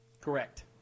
Correct